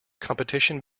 competition